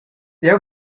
jeu